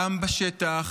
גם בשטח,